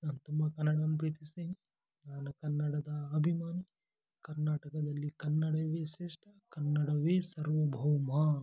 ನಾನು ತುಂಬ ಕನ್ನಡವನ್ನು ಪ್ರೀತಿಸ್ತೀನಿ ನಾನು ಕನ್ನಡದ ಅಭಿಮಾನಿ ಕರ್ನಾಟಕದಲ್ಲಿ ಕನ್ನಡವೇ ಶ್ರೇಷ್ಠ ಕನ್ನಡವೇ ಸರ್ವಭೌಮ